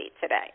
today